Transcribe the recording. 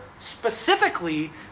specifically